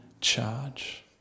charge